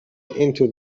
into